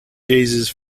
jesus